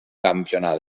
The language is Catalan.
campionat